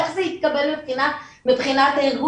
איך זה יתקבל מבחינת הארגון,